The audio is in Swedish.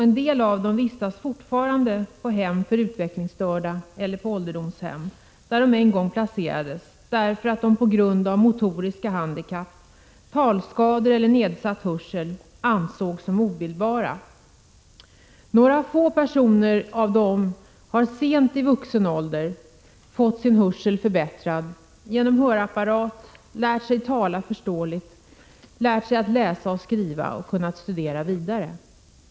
En del av dem vistas fortfarande på hem för utvecklingsstörda eller på ålderdomshem, där de en gång placerades, därför att de på grund av motoriska handikapp, talskada eller nedsatt hörsel ansågs ”obildbara”. Några få av dem har sent i vuxen ålder fått sin hörsel förbättrad genom hörapparat, lärt sig att tala förståeligt, lärt sig att läsa och skriva och kunnat studera vidare.